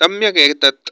सम्यक् एतत्